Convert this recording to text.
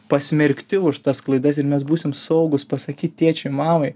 pasmerkti už tas klaidas ir mes būsim saugūs pasakyt tėčiui mamai